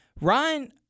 Ryan